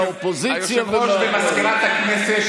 מהאופוזיציה ומהקואליציה.